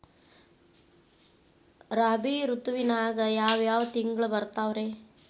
ರಾಬಿ ಋತುವಿನಾಗ ಯಾವ್ ಯಾವ್ ತಿಂಗಳು ಬರ್ತಾವ್ ರೇ?